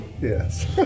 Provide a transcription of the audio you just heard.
Yes